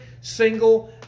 single